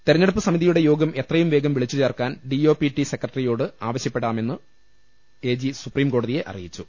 തെരഞ്ഞെടുപ്പ് സമിതിയുടെ യോഗം എത്രയും വേഗം വിളിച്ചുചേർക്കാൻ D O P T secretary യോട് ആവശ്യപ്പെടാമെന്ന് എ ജി സുപ്രീംകോടതിയെ അറി യിച്ചു